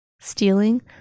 stealing